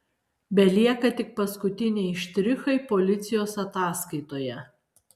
belieka tik paskutiniai štrichai policijos ataskaitoje